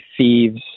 thieves